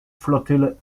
flottille